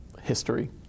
history